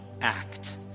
act